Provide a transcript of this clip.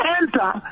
enter